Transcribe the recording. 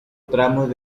tramos